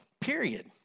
Period